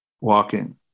walking